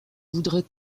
voudrais